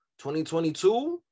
2022